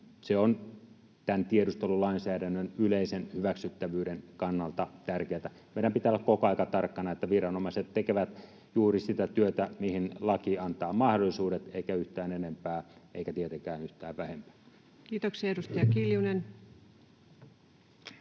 Se on tämän tiedustelulainsäädännön yleisen hyväksyttävyyden kannalta tärkeätä. Meidän pitää olla koko ajan tarkkana, että viranomaiset tekevät juuri sitä työtä, mihin laki antaa mahdollisuudet, eikä yhtään enempää eikä tietenkään yhtään vähempää. [Speech 350] Speaker: